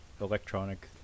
electronic